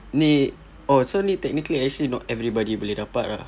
ni oh so ni technically actually not everybody boleh dapat ah